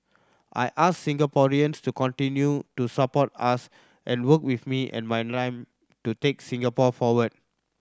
I ask Singaporeans to continue to support us and work with me and my to take Singapore forward